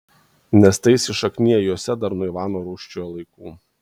nes tai įsišakniję juose dar nuo ivano rūsčiojo laikų